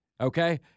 okay